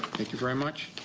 thank you very much.